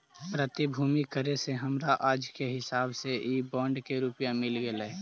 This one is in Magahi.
प्रतिभूति करे से हमरा आज के हिसाब से इ बॉन्ड के रुपया मिल गेलइ